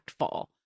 impactful